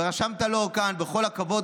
ורשמת לו כך: בכל הכבוד,